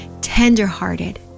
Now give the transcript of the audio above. tenderhearted